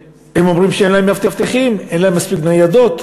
אומרים שאין להם מאבטחים ושאין להם מספיק ניידות.